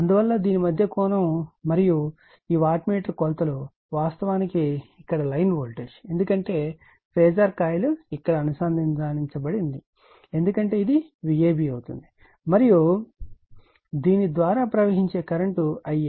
అందువల్ల దీని మధ్య కోణం మరియు ఈ వాట్ మీటర్ కొలతలు వాస్తవానికి ఇక్కడ లైన్ వోల్టేజ్ ఎందుకంటే ఫేజార్ కాయిల్ ఇక్కడ అనుసంధానించబడి ఉంది ఎందుకంటే ఇది Vab అవుతుంది మరియు దీని ద్వారా ప్రవహించే కరెంట్ Ia